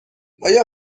آیا